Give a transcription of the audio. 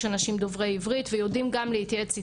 התופעה קורית, וצריך למנוע את התופעה.